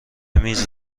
میز